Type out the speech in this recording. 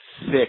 thick